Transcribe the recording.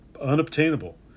unobtainable